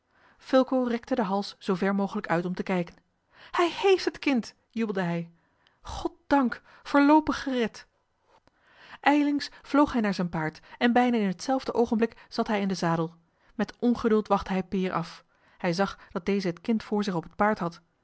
fulco rekte den hals zoover mogelijk uit om te kijken hij heeft het kind jubelde hij goddank voorloopig gered ijlings vloog hij naar zijn paard en bijna in hetzelfde oogenblik zat hij in den zadel met ongeduld wachtte hij peer af hij zag dat deze het kind voor zich op het paard had